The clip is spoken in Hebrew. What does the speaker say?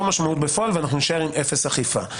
משמעות בפועל ונישאר עם אפס אכיפה.